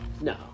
No